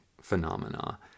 phenomena